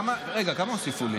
כמה הוסיפו לי?